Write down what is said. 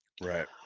Right